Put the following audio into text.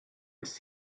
ist